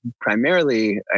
primarily